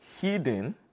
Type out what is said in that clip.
hidden